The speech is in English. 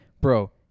bro